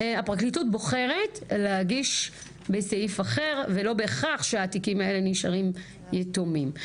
הפרקליטות בוחרת להגיש בסעיף אחר ולא בהכרח שהתיקים האלה נשארים יתומים.